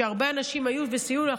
שהרבה אנשים היו וסייעו לך,